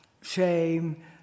shame